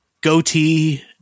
Goatee